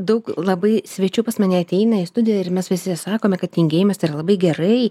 daug labai svečių pas mane ateina į studiją ir mes visi sakome kad tingėjimas tai yra labai gerai